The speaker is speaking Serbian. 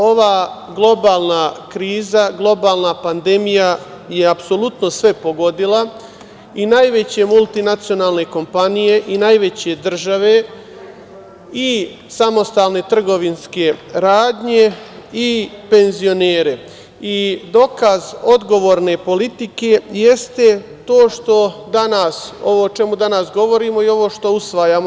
Ova globalna kriza, globalna pandemija je apsolutno sve pogodila i najveće multinacionalne kompanije i najveće države i samostalne trgovinske radnje i penzionere i dokaz odgovorne politike jeste ovo o čemu danas govorimo i ovo što usvajamo.